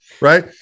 Right